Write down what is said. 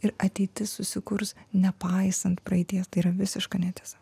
ir ateitis susikurs nepaisant praeities tai yra visiška netiesa